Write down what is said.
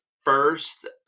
first